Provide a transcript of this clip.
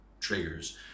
triggers